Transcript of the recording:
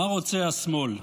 מה רוצה השמאל?